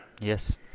yes